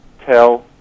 tell